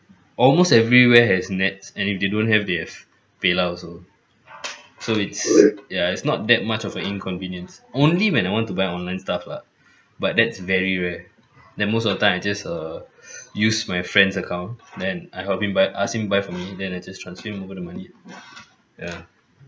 almost everywhere has NETS and if they don't have they have paylah also so it's ya it's not that much of a inconvenience only when I want to buy online stuff lah but that's very rare then most of the time I just err use my friend's account then I help him buy ask him buy for me then I just transfer him over the money ya